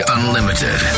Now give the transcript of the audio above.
Unlimited